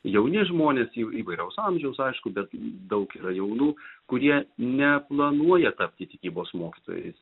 jauni žmonės jau įvairaus amžiaus aišku bet daug yra jaunų kurie neplanuoja tapti tikybos mokytojais